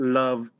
love